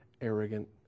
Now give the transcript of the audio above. arrogant